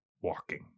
walking